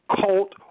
cult